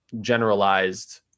generalized